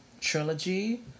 trilogy